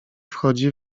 wchodzi